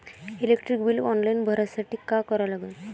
Electric bill online भरासाठी का करा लागन?